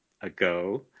ago